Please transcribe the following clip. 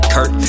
Kurt